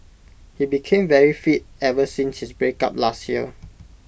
he became very fit ever since his breakup last year